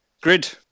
Grid